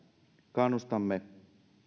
kannustamme